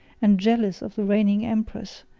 and jealous of the reigning empress,